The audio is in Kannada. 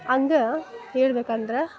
ಹಾಗ್ ಹೇಳ್ಬೇಕ್ ಅಂದ್ರೆ